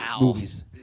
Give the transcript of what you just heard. movies